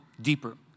deeper